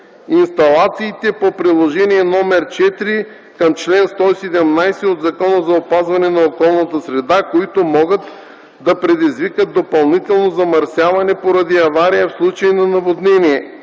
инсталациите по приложение № 4 към чл. 117 от Закона за опазване на околната среда, които могат да предизвикат допълнително замърсяване поради авария в случай на наводнение,